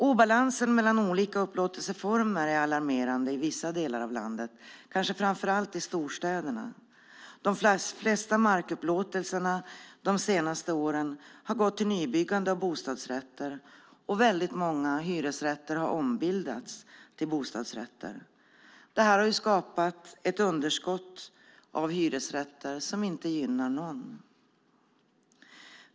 Obalansen mellan olika upplåtelseformer är alarmerande i vissa delar av landet, kanske framför allt i storstäderna. De flesta markupplåtelserna de senaste åren har gått till nybyggande av bostadsrätter, och väldigt många hyresrätter har ombildats till bostadsrätter. Det har skapat ett underskott av hyresrätter som inte gynnar någon.